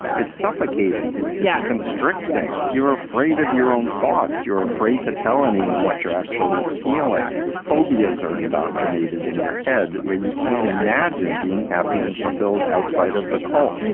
it's suffocating. yeah, constricting. you're afraid of your own thoughts. you're afraid to tell anyone what you're actually feeling. phobias are indoctrinated in your head where you can't imagine being happy and fulfilled outside of the cult.